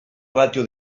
ràtio